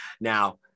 Now